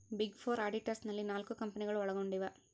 big four auditors ನಲ್ಲಿ ನಾಲ್ಕು ಕಂಪನಿಗಳು ಒಳಗೊಂಡಿವ